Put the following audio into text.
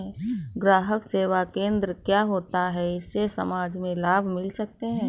ग्राहक सेवा केंद्र क्या होता है जिससे समाज में लाभ मिल सके?